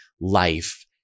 life